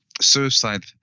suicide